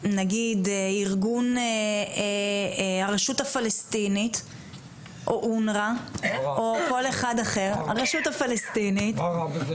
נגיד ארגון הרשות הפלסטינית או אונר"א או כל אחד אחר --- מה רע בזה?